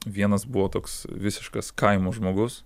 vienas buvo toks visiškas kaimo žmogus